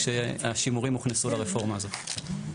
כשהשימורים הוכנסו לרפורמה הזאת.